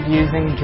using